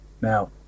now